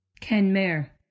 Kenmare